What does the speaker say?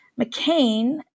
McCain